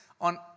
on